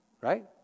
right